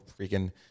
freaking